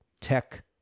tech